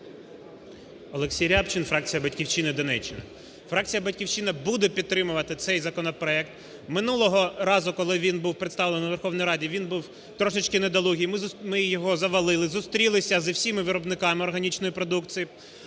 Олексій Рябчин, фракція "Батьківщина", Донеччина. Фракція "Батьківщина" буде підтримувати цей законопроект. Минулого разу, коли він був представлений на Верховній Раді, він був трошечки недолугий. Ми його завалили. Зустрілися зі всіма виробниками органічної продукції,